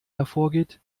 hervorgeht